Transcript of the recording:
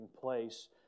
place